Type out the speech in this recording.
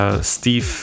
Steve